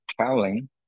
traveling